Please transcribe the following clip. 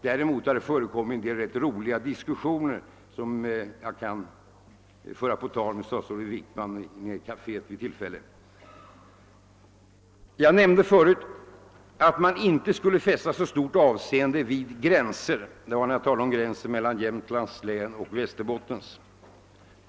Däremot har det förekommit en hel del iustiga diskussioner, som jag vid tillfälle kan föra på tal med statsrådet Wickman nere i riksdagskaféet. Jag nämnde förut att man inte skulle fästa så stort avseende vid gränser. Jag gjorde det när jag talade om gränsen mellan Jämtlands och Västerboitens län.